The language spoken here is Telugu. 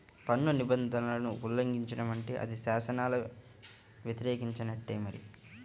పన్ను నిబంధనలను ఉల్లంఘించడం అంటే అది శాసనాలను వ్యతిరేకించినట్టే మరి